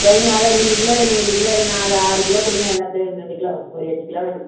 சரிங்க அதில் ரெண்டு கிலோ இதில் ரெண்டு கிலோ இது நாலு ஆறு கிலோ கொடுங்க எல்லாத்துலையும் ரெண்டு ரெண்டு கிலோ ஒரு எட்டு கிலோ வேணும்